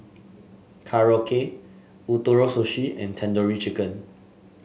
Korokke Ootoro Sushi and Tandoori Chicken